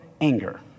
anger